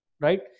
Right